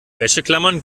wäscheklammern